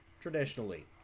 traditionally